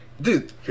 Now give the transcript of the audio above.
dude